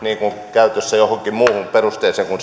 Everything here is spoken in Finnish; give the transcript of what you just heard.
käytössä johonkin muuhun perusteeseen kuin